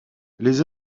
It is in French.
les